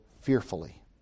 fearfully